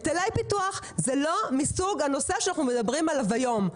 היטלי פיתוח זה לא מסוג הנושאים שאנחנו מדברים עליהם היום,